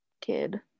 kid